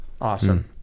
Awesome